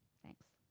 thanks.